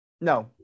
No